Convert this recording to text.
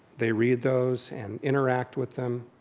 they read those and interact with them.